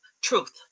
truth